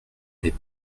n’est